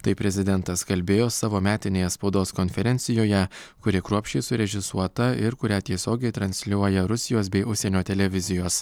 taip prezidentas kalbėjo savo metinėje spaudos konferencijoje kuri kruopščiai surežisuota ir kurią tiesiogiai transliuoja rusijos bei užsienio televizijos